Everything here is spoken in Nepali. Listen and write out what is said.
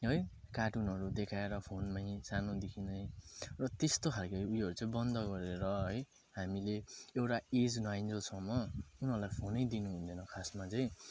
है कार्टुनहरू देखाएर फोनमै सानोदेखि नै र त्यस्तो खालके उयोहरू चाहिँ बन्द गरेर है हामीले एउटा एज नआइन्जेलसम्म उनीहरूलाई फोनै दिनुहुँदैन खासमा चाहिँ